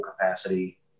capacity